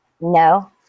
No